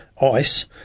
ice